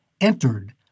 entered